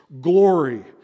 Glory